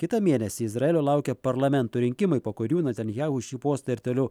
kitą mėnesį izraelio laukia parlamento rinkimai po kurių netanijahu šį postą ir toliau